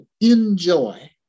enjoy